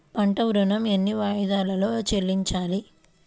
పంట ఋణం ఎన్ని వాయిదాలలో చెల్లించాలి?